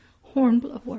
Hornblower